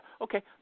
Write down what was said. okay